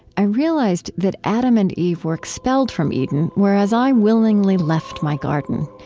i realized that adam and eve were expelled from eden, whereas i willingly left my garden.